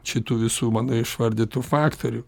šitų visų mano išvardytų faktorių